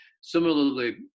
Similarly